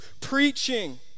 preaching